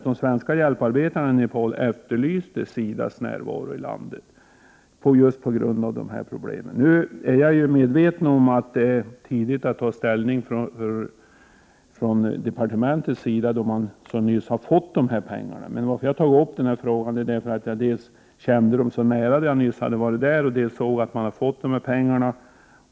De svenska hjälparbetarna i Nepal efterlyste SIDA:s närvaro i landet just för att medverka till en lösning av dessa problem. Jag är medveten att det är för tidigt för departementet att ta ställning till denna fråga, eftersom man så nyligen fått dessa pengar. Men att jag tagit upp dessa problem beror på att känt dem mycket nära, eftersom jag nyligen varit i landet, och på att regeringen nu fått dessa pengar.